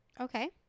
Okay